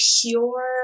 pure